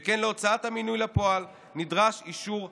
שכן להוצאת המינוי לפועל נדרש אישור הכנסת.